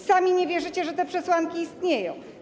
Sami nie wierzycie, że te przesłanki istnieją.